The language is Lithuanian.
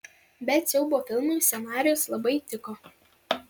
bet siaubo filmui scenarijus labai tiko